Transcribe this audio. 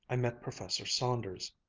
i met professor saunders.